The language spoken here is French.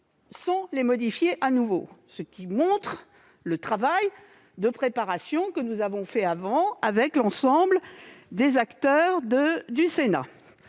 sans les modifier de nouveau, ce qui montre l'étendue du travail de préparation que nous avons fait avec l'ensemble des acteurs du Sénat.